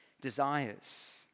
desires